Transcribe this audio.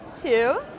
Two